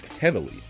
heavily